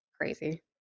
crazy